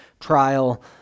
trial